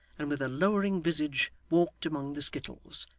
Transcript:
and with a lowering visage walked among the skittles,